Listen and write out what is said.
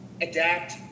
adapt